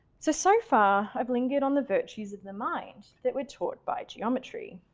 so, so far i've lingered on the virtues of the mind that were taught by geometry.